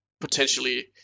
potentially